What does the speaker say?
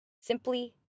Simply